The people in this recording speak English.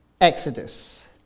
Exodus